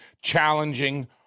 challenging